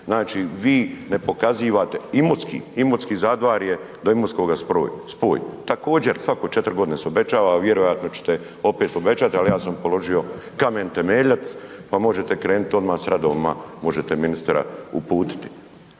Znači, vi ne pokazivate, Imotski, imotski Zadvarje do Imotskoga spoj. Također, svako 4 godine se obećava, vjerojatno ćete opet obećati, ali ja sam položio kamen temeljac pa možete krenuti odmah s radovima, možete ministra uputiti.